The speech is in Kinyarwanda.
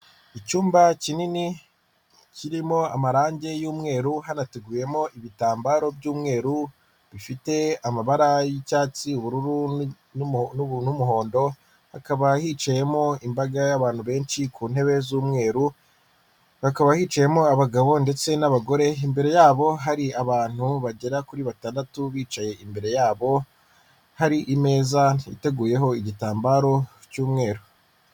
Icyumba kinini kirimo amarange y'umweru hanateguwemo ibitambaro by'umweru, bifite amabara y'icyatsi, ubururu n'umuhondo, hakaba hicayemo imbaga y'abantu benshi ku ntebe z'umweru, hakaba hicayemo abagabo ndetse n'abagore, imbere yabo hari abantu bagera kuri batandatu, bicaye imbere yabo hari imeza iteguyeho igitambaro cy'umweru.